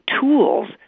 tools